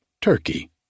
turkey